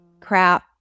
Crap